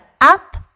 up